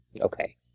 okay